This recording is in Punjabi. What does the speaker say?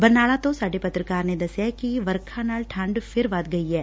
ਬਰਨਾਲਾ ਤੋ' ਸਾਡੇ ਪੱਤਰਕਾਰ ਨੇ ਦਸਿਐ ਕਿ ਵਰਖਾ ਨਾਲ ਠੰਢ ਫਿਰ ਵੱਧ ਗਈ ਐ